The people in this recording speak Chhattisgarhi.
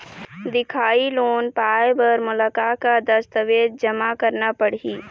दिखाही लोन पाए बर मोला का का दस्तावेज जमा करना पड़ही?